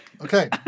Okay